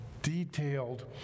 detailed